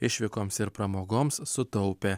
išvykoms ir pramogoms sutaupė